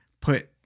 put